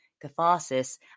catharsis